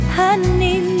honey